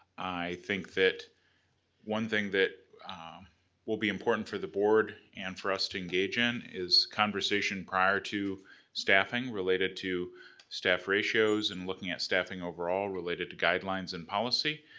i think that one thing that will be important for the board and for us to engage in is conversation prior to staffing related to staff ratios and looking at staffing overall related to guidelines in policy,